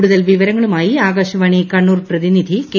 കൂടുതൽ വിവരങ്ങളുമായി ആകാശപ്പാട്ണി കണ്ണൂർ പ്രതിനിധി കെ